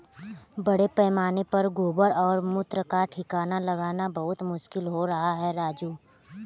बड़े पैमाने पर गोबर और मूत्र का ठिकाना लगाना बहुत मुश्किल हो रहा है राजू